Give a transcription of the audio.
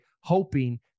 hoping